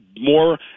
more